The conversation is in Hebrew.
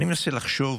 אני מנסה לחשוב,